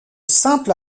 simple